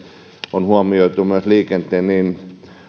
on huomioitu niin